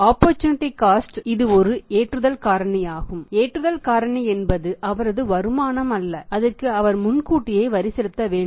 opportunity cost என்பது அவரது வருமானம் அல்ல அதற்கும் அவர் முன்கூட்டியே வரி செலுத்த வேண்டும்